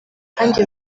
kandi